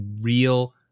real